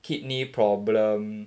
kidney problem